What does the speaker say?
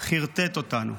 חרטט אותנו.